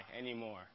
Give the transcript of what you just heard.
anymore